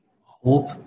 Hope